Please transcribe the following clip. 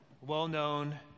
Well-known